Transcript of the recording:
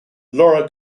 laura